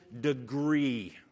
degree